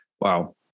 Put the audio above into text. Wow